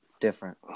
different